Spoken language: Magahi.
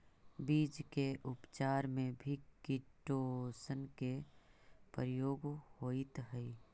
बीज के उपचार में भी किटोशन के प्रयोग होइत हई